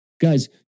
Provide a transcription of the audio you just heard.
Guys